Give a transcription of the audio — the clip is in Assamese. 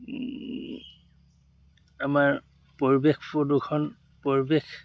আমাৰ পৰিৱেশ প্ৰদূষণ পৰিৱেশ